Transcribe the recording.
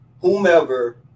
whomever